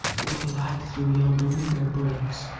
what light through yonder window breaks?